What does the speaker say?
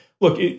Look